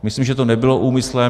Myslím, že to nebylo úmyslem.